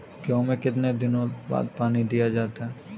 गेहूँ में कितने दिनों बाद पानी दिया जाता है?